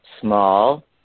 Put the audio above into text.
Small